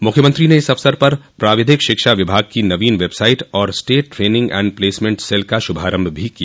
मुख्यमंत्री ने इस अवसर पर प्राविधिक शिक्षा विभाग की नवीन वेबसाइट और state training and placement cell का शुभारम्भ भी किया